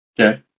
Okay